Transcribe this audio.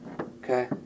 Okay